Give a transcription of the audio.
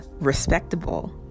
respectable